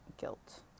guilt